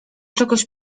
czegoś